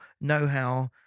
know-how